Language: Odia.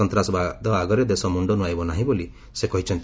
ସନ୍ତାସବାଦ ଆଗରେ ଦେଶ ମୁଣ୍ଡ ନ୍ରଆଁଇବ ନାର୍ହି ବୋଲି ସେ କହିଛନ୍ତି